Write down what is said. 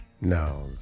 No